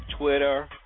Twitter